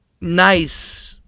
nice